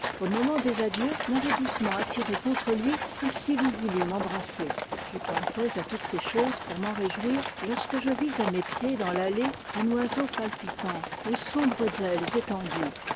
au moment des adieux m'avait doucement attiré contre lui comme s'il eût voulu m'em brasser je pensais à toutes ces choses pour m'en réjouir lorsque je vis à mes pieds dans l'allée un oiseau palpitant aux sombres ailes étendues